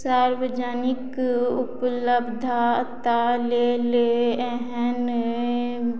सार्वजनिक उपलब्धता लेल एहन